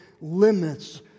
limits